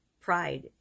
pride